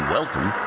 Welcome